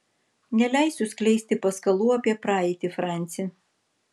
neleisiu skleisti paskalų apie praeitį franci